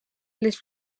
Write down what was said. les